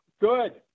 Good